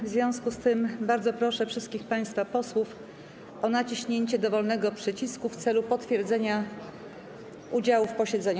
W związku z tym bardzo proszę wszystkich państwa posłów o naciśnięcie dowolnego przycisku w celu potwierdzenia udziału w posiedzeniu.